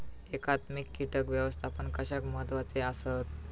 एकात्मिक कीटक व्यवस्थापन कशाक महत्वाचे आसत?